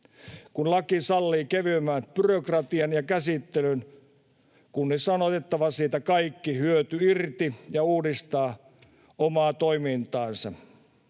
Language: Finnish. Kun laki sallii kevyemmän byrokratian ja käsittelyn, kunnissa on otettava siitä kaikki hyöty irti ja uudistettava omaa toimintaansa.